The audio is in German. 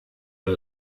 bei